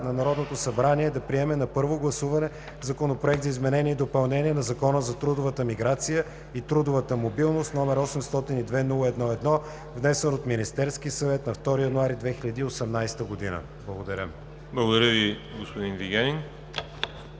на Народното събрание да приеме на първо гласуване Законопроект за изменение и допълнение на Закона за трудовата миграция и трудовата мобилност, № 802-01-1, внесен от Министерския съвет на 2 януари 2018 г.“ Благодаря. ПРЕДСЕДАТЕЛ ВАЛЕРИ